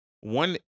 One